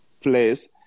place